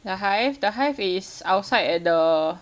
the hive the hive is outside at the